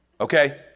Okay